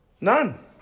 None